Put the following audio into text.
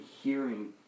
hearing